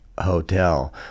hotel